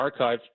archived